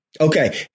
Okay